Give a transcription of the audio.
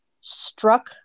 struck